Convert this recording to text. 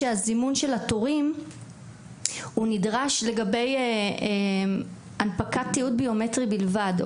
שהזימון של התורים הוא נדרש לגבי הנפקת תיעוד ביומטרי בלבד,